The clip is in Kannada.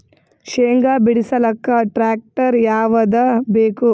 ಶೇಂಗಾ ಬಿಡಸಲಕ್ಕ ಟ್ಟ್ರ್ಯಾಕ್ಟರ್ ಯಾವದ ಬೇಕು?